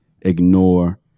ignore